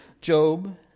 Job